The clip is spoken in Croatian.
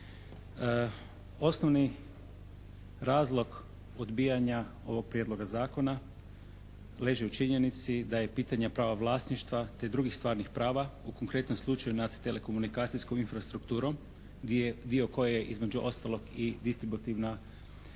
Osnovni razlog odbijanja ovog prijedloga zakona leži u činjenici da je pitanje prava vlasništva te drugih stvarnih prava u konkretnom slučaju nad telekomunikacijskom infrastrukturom gdi je dio koje je između ostalog i distributivna kabelska,